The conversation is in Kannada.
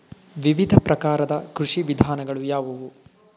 ವಿವಿಧ ಪ್ರಕಾರದ ಕೃಷಿ ವಿಧಾನಗಳು ಯಾವುವು?